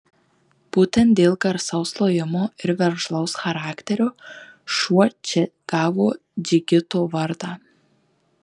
būtent dėl garsaus lojimo ir veržlaus charakterio šuo čia gavo džigito vardą